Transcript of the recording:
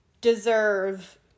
deserve